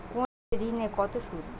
কোন ঋণে কত সুদ?